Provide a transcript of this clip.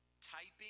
typing